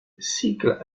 cycles